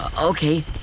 okay